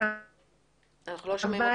המבנה